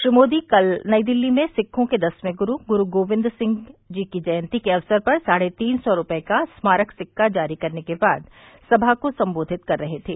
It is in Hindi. श्री मोदी कल नई दिल्ली में सिक्खों के दसवें गुरु गुरु गोबिंद सिंह जी की जयंती के अवसर पर साढ़े तीन सौ रुपये का स्मारक सिक्का जारी करने के बाद सभा को संबोधित कर रहे थे